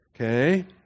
Okay